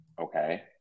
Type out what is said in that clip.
okay